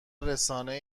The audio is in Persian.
رسانه